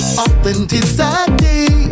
authenticity